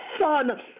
son